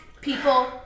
people